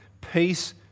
peace